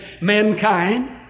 mankind